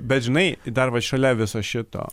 bet žinai dar vat šalia viso šito